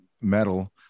metal